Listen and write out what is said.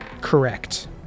Correct